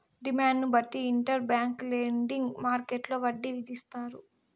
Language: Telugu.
డిమాండ్ను బట్టి ఇంటర్ బ్యాంక్ లెండింగ్ మార్కెట్టులో వడ్డీ విధిస్తారు